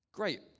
Great